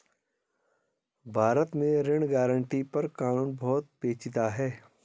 भारत में ऋण गारंटी पर कानून बहुत पेचीदा है